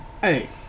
Hey